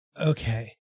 Okay